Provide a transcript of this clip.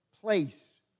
Place